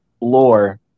lore